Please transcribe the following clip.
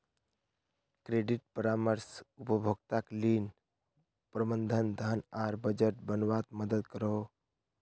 credit परामर्श उपभोक्ताक ऋण, प्रबंधन, धन आर बजट बनवात मदद करोह